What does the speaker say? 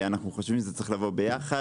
אנחנו חושבים שזה צריך לבוא ביחד.